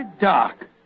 dark